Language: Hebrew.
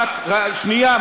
שנייה.